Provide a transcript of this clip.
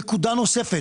נקודה נוספת.